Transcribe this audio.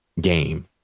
game